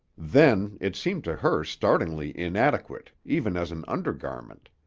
then it seemed to her startlingly inadequate even as an undergarment.